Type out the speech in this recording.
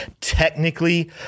technically